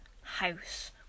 house